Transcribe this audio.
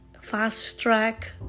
fast-track